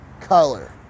color